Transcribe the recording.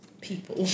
people